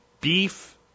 beef